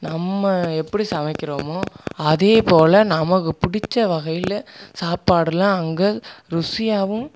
நம்ம எப்படி சமைக்கிறோமோ அதுபோல் நமக்கு பிடிச்ச வகையில் சாப்பாடுல்லாம் அங்கே ருசியாகவும்